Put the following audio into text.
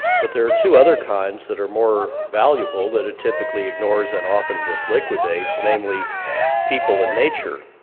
but there are two other kinds that are more valuable that it typically ignores and often just liquidates, namely people and nature.